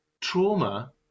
trauma